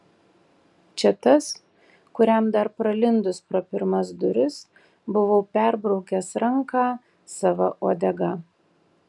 čia tas kuriam dar pralindus pro pirmas duris buvau perbraukęs ranką sava uodega